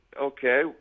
okay